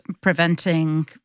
preventing